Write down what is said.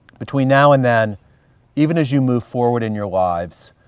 between now and then even as you move forward in your lives,